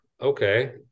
okay